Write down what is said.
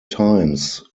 times